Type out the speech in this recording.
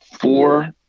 four